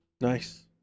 Nice